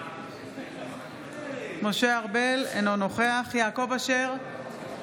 אינו נוכח יעקב אשר,